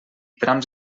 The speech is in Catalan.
trams